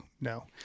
no